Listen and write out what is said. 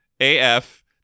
AF